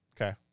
okay